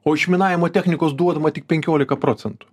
o išminavimo technikos duodama tik penkiolika procentų